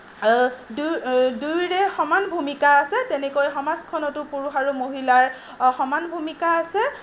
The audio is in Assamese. দুয়ো দুয়োৰে সমান ভূমিকা আছে তেনেকৈ সমাজখনতো পুৰুষ আৰু মহিলাৰ সমান ভূমিকা আছে